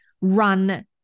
run